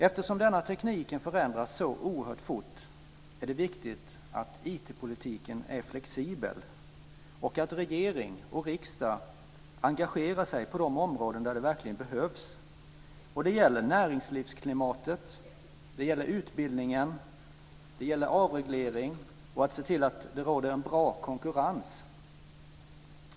Eftersom denna teknik förändras så oerhört fort är det viktigt att IT-politiken är flexibel. Regering och riksdag ska engagera sig på de områden det verkligen behövs. Det gäller näringslivsklimatet, utbildningen, avreglering och att se till att det råder bra konkurrens.